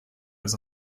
als